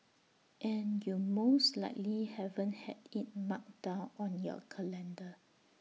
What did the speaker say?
and you most likely haven't had IT marked down on your calendar